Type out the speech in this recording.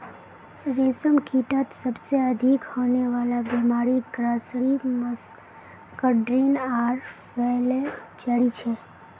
रेशमकीटत सबसे अधिक होने वला बीमारि ग्रासरी मस्कार्डिन आर फ्लैचेरी छे